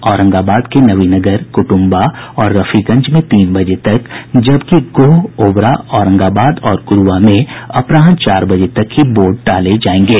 औरंगाबाद के नवीनगर कुटुंबा और रफीगंज में तीन बजे तक जबकि गोह ओबरा औरंगाबाद और गुरुआ में अपराह्न चार बजे तक ही वोट डाले जाएंगे